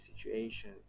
situation